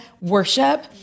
worship